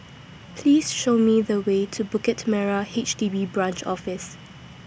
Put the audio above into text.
Please Show Me The Way to Bukit Merah H D B Branch Office